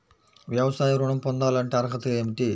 వ్యవసాయ ఋణం పొందాలంటే అర్హతలు ఏమిటి?